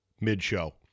mid-show